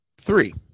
three